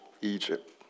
Egypt